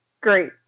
Great